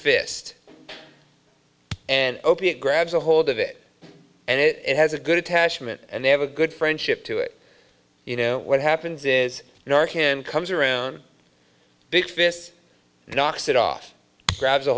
fish and opiate grabs a hold of it and it has a good attachment and they have a good friendship to it you know what happens is they are him comes around big fist knocks it off grabs a